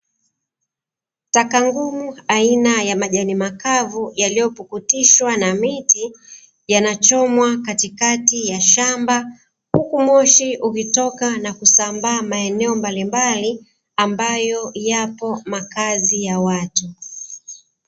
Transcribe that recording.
Taka ngumu aina ya majani makavu yaliyopukutishwa na miti, yanachomwa katikati ya shamba, huku moshi ukitoka na kusambaa maeneo mbalimbali, ambayo yapo makazi ya watu.